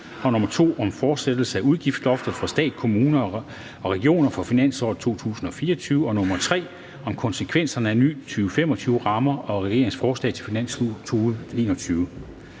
og lov om fastsættelse af udgiftslofter for stat, kommuner og regioner for finansåret 2023. (Konsekvenser af ny 2025-ramme og regeringens forslag til finanslov